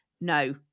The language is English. no